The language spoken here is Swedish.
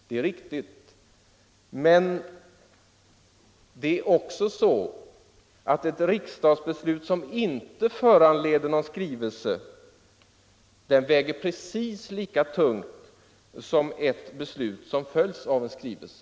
Det är riktigt, men det är också på det sättet att riksdagsbeslut som inte föranleder någon skrivelse väger precis lika tungt som ett beslut som följs av en skrivelse.